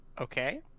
Okay